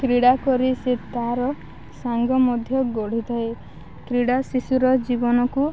କ୍ରୀଡ଼ା କରି ସେ ତାର ସାଙ୍ଗ ମଧ୍ୟ ଗଢ଼ିଥାଏ କ୍ରୀଡ଼ା ଶିଶୁର ଜୀବନକୁ